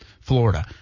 Florida